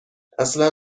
اصلا